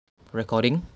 recording